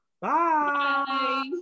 Bye